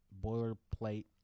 boilerplate